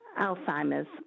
Alzheimer's